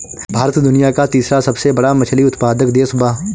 भारत दुनिया का तीसरा सबसे बड़ा मछली उत्पादक देश बा